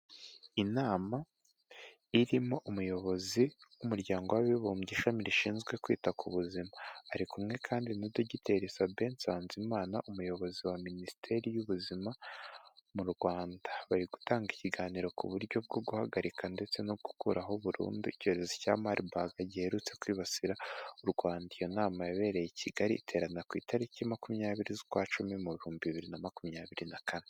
Inama irimo umuyobozi w'umuryango w'abibumbye ishami rishinzwe kwita ku buzima. Ari kumwe kandi na dogiteri sabein nsanzimana, umuyobozi wa minisiteri y'ubuzima mu rwanda. Bari gutanga ikiganiro ku buryo bwo guhagarika ndetse no gukuraho burundu icyorezo cya malibag giherutse kwibasira u rwanda. Iyo nama yabereye i kigali, iterana ku itariki makumyabiri z'ukwacumi mu bihumbi bibiri na makumyabiri na kane.